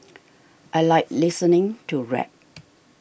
I like listening to rap